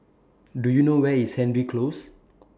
Do YOU know Where IS Hendry Close